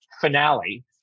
finale